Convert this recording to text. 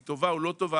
היא טובה או לא טובה?